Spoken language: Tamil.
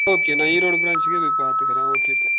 ஓகே நான் ஈரோடு பிரான்ஞ்ச்சுக்கே போய் பார்த்துக்குறேன் ஓகே தேங்க்